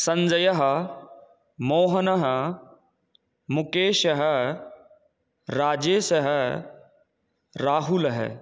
सञ्जयः मोहनः मुकेशः राजेशः राहुलः